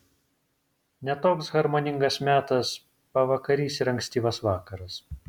ne toks harmoningas metas pavakarys ir ankstyvas vakaras